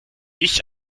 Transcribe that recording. ich